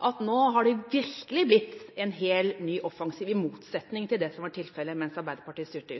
at det nå virkelig har blitt en helt ny offensiv, i motsetning til det som var tilfellet mens Arbeiderpartiet styrte